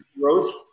growth